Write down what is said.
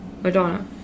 Madonna